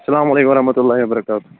السلام علیکُم ورحمتُہ اللہِ وبرکات